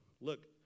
Look